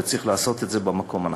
וצריך לעשות את זה במקום הנכון.